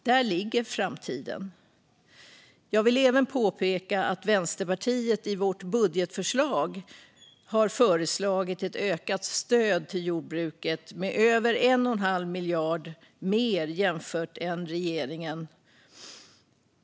Där ligger framtiden. Jag vill även påpeka att Vänsterpartiet i vårt budgetförslag har föreslagit ett ökat stöd till jordbruket med över 1 1⁄2 miljard mer jämfört med regeringen.